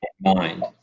mind